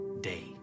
Day